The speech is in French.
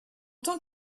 tant